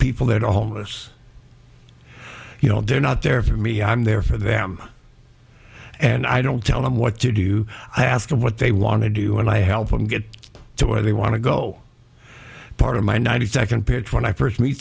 people that are homeless you know they're not there for me i'm there for them and i don't tell them what to do i ask them what they want to do and i help them get to where they want to go part of my ninety second pitch when i first meet